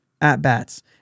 at-bats